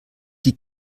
die